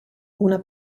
una